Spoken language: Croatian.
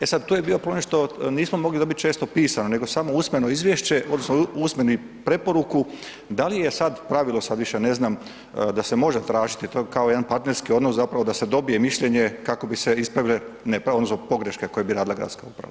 E sad, to je bilo ponešto, nismo mogli dobit često pismeno nego samo usmeno izvješće, odnosno usmenu preporuku da li je sad pravilo, sad više ne znam, da se može tražiti, to je kao jedan partnerski odnos zapravo da se dobije mišljenje kako bi se ispravile nepravde odnosno pogreške koje bi radila gradska uprava.